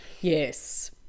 Yes